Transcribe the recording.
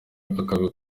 abikorera